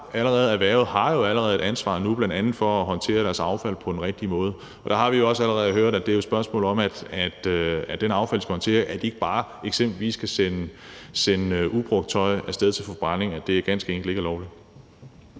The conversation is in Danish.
har erhvervet allerede et ansvar nu, bl.a. for at håndtere sit affald på den rigtige måde. Og der har vi også allerede hørt, at det er et spørgsmål om, at de ikke bare kan sende det affald, de skal håndtere, eksempelvis ubrugt tøj, af sted til forbrænding; at det ganske enkelt ikke er lovligt.